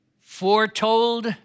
Foretold